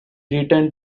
returned